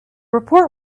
report